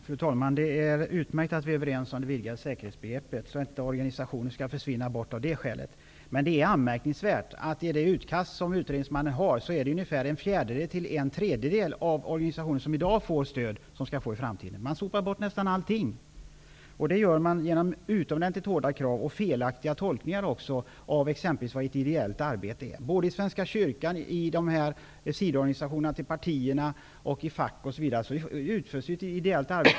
Fru talman! Det är utmärkt att vi är överens om det vidgade säkerhetsbegreppet, så att organisationer inte försvinner av det skälet. Det är emellertid anmärkningsvärt att endast en fjärdedel till en tredjedel av de organisationer som i dag får stöd skall få stöd i framtiden, enligt utredningsmannens utkast. Nästan allt stöd sopas bort genom utomordentligt hårda krav och genom felaktiga tolkningar av vad exempelvis ett ideellt arbete är. Såväl i Svenska kyrkan, i partiernas sidoorganisationer, som i fack, osv. utförs ett ideellt arbete.